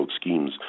schemes